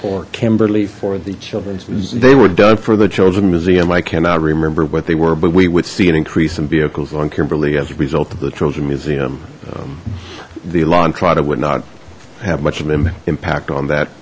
or kimberly for the children's they were done for the children museum i cannot remember what they were but we would see an increase in vehicles on kimberly as a result of the children museum the la entrada would not have much of an impact on that